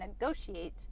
negotiate